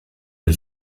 der